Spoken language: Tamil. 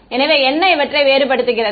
எனவே என்ன இவற்றை வேறுபடுத்துகிறது